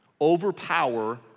overpower